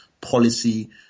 policy